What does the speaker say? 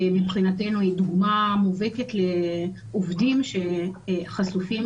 מבחינתנו היא דוגמה מובהקת לעובדים שחשופים